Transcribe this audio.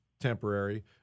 temporary